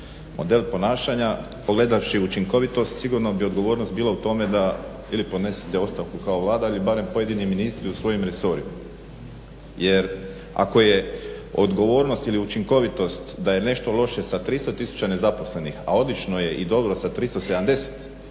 model ponašanja pogledavši učinkovitost sigurno bi odgovornost bila u tome da ili podnesete ostavku kao Vlada ili barem pojedini ministri u svojim resorima. Jer ako je odgovornost ili učinkovitost da je nešto loše sa 300 tisuća nezaposlenih, a odlično je i dobro sa 370